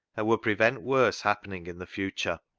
and would prevent worse happening in the future.